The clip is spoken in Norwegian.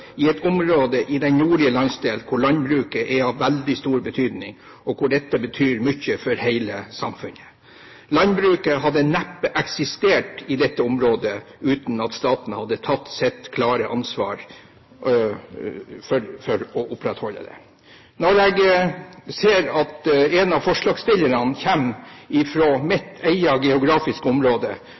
i et område i den nordlige landsdelen hvor landbruket er av veldig stor betydning – også for hele samfunnet. Landbruket hadde neppe eksistert i dette området uten at staten hadde tatt sitt klare ansvar for å opprettholde det. Jeg ser at en av forslagsstillerne kommer fra mitt eget geografiske område,